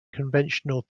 conventional